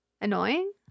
annoying